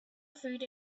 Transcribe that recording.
food